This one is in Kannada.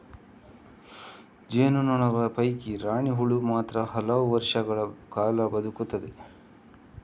ಜೇನು ನೊಣಗಳ ಪೈಕಿ ರಾಣಿ ಹುಳು ಮಾತ್ರ ಹಲವು ವರ್ಷಗಳ ಕಾಲ ಬದುಕುತ್ತದೆ